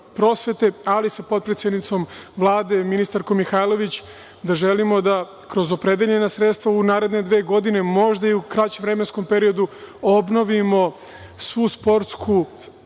ali i sa potpredsednicom Vlade, ministarkom Mihajlović, da želimo da kroz opredeljenja sredstva u naredne dve godine, možda i u kraćem vremenskom periodu, obnovimo svu sportsku